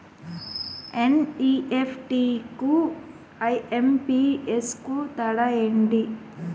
NEFT కు IMPS కు తేడా ఎంటి?